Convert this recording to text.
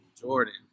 Jordan